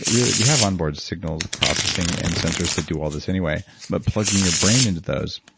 really, we have onboard signals, processing and sensors to do all this anyway, but plugging your brain into those,